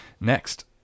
Next